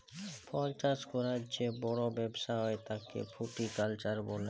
ফল চাষ ক্যরার যে বড় ব্যবসা হ্যয় তাকে ফ্রুটিকালচার বলে